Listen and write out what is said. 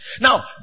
Now